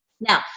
now